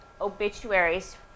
obituaries